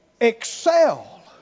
excel